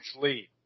lead